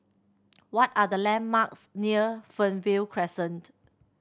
what are the landmarks near Fernvale Crescent